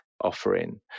offering